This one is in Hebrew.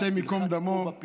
השם ייקום דמו,